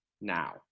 now